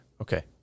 Okay